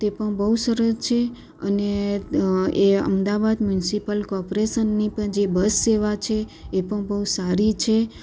તે પણ બહુ સરસ છે અને એ અમદાવાદ મ્યુનસિપલ કોર્પોરેશનનની પણ જે બસ સેવા છે એ પણ બહુ સારી છે